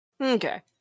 Okay